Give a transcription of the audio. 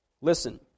Listen